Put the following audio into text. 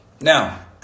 Now